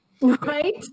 Right